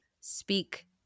speak